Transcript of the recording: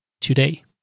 today